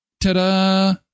ta-da